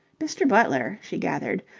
mr. butler, she gathered,